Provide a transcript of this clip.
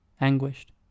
anguished